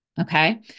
Okay